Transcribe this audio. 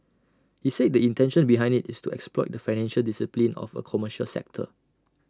he said the intention behind IT is to exploit the financial discipline of A commercial sector